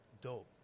Dope